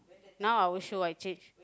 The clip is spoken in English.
now I will show I change